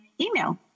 email